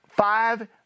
Five